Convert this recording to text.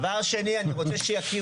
אני מגן עליו מפני אוסאמה.